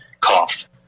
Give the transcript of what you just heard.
cough